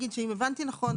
הבנתי נכון,